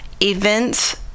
events